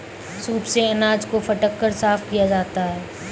soup से अनाज को फटक कर साफ किया जाता है